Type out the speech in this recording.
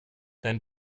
dein